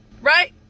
Right